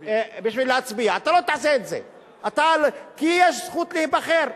כדי להצביע, כי יש זכות להיבחר,